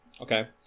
Okay